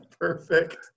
Perfect